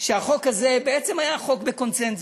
והחוק הזה בעצם היה חוק בקונסנזוס: